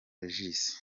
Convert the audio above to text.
regis